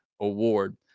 award